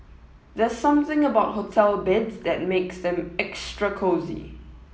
there's something about hotel beds that makes them extra cosy